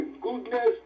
goodness